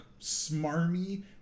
smarmy